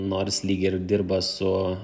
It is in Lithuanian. nors lyg ir dirba su